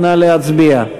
נא להצביע.